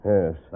Yes